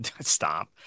Stop